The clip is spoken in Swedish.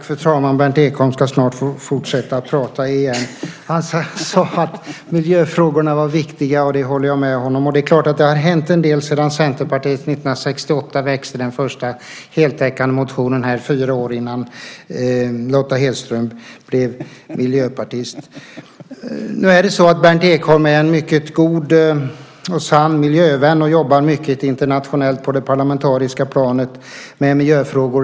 Fru talman! Berndt Ekholm ska snart få fortsätta att prata igen. Berndt Ekholm sade att miljöfrågorna är viktiga, och det håller jag med om. Det är klart att det har hänt en del sedan Centerpartiet 1968 väckte den första heltäckande motionen - fyra år innan Lotta Hedström blev miljöpartist. Berndt Ekholm är en mycket god och sann miljövän, och han jobbar mycket internationellt på det parlamentariska planet med miljöfrågor.